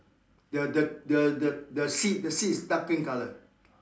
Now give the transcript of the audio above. the the the the the seat the seat is dark green colour